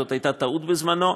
זאת הייתה טעות בזמנו,